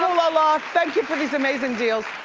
la la, thank you for these amazing deals.